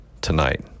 tonight